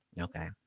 Okay